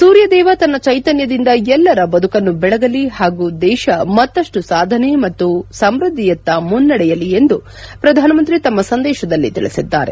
ಸೂರ್ಯದೇವ ತನ್ನ ಚೈತನ್ಥದಿಂದ ಎಲ್ಲರ ಬದುಕನ್ನು ಬೆಳಗಲಿ ಹಾಗೂ ದೇಶ ಮತ್ತಷ್ಟು ಸಾಧನೆ ಮತ್ತು ಸಮೃದ್ದಿಯತ್ತ ಮುನ್ನಡೆಯಲಿ ಎಂದು ಪ್ರಧಾನಮಂತ್ರಿ ತಮ್ಮ ಸಂದೇಶದಲ್ಲಿ ತಿಳಿಸಿದ್ದಾರೆ